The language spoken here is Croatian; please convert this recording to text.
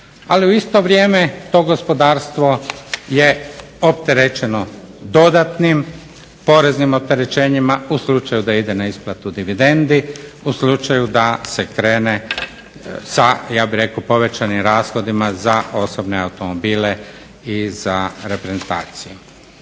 Ali u isto vrijeme to gospodarstvo je opterećeno dodatnim poreznim opterećenjima u slučaju da ide na isplatu dividendi, u slučaju da se krene sa povećanim rashodima sa osobne automobile i za reprezentaciju.